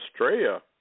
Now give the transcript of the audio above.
Australia